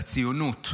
לציונות.